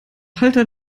halter